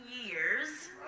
years